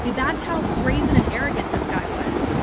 that's how brazen and arrogant this guy was.